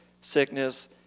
sickness